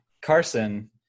Carson